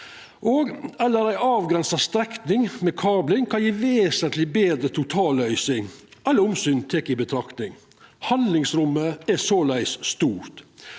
ei avgrensa strekning med kabling kan gje ei vesentleg betre totalløysing, alle omsyn tekne i betraktning. Handlingsrommet er såleis stort.